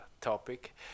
topic